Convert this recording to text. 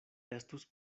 estus